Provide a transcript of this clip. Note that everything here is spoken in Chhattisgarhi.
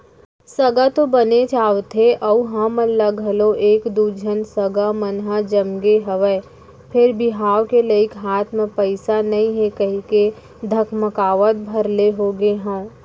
सगा तो बनेच आवथे अउ हमन ल घलौ एक दू झन सगा मन ह जमगे हवय फेर बिहाव के लइक हाथ म पइसा नइ हे कहिके धकमकावत भर ले होगे हंव